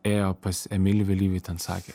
ėjo pas emilį vėlyvį ten sakė